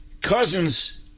Cousins